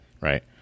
right